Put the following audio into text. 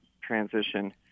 transition